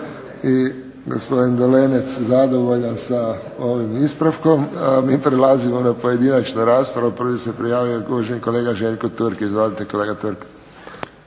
i gospodin Dolenec zadovoljan sa ovim ispravkom. Mi prelazimo na pojedinačnu raspravu. Prvi se prijavio uvaženi kolega Željko Turk. Izvolite. **Turk,